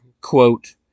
quote